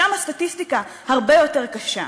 שם הסטטיסטיקה הרבה יותר קשה.